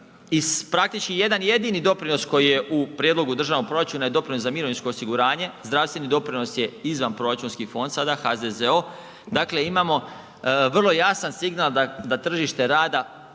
i praktički jedan jedini doprinos koji je u Prijedlogu državnog proračuna je doprinos za mirovinsko osiguranje, zdravstveni doprinos je izvanproračunski fond sada HZZO, dakle imamo vrlo jasan signal da tržište rada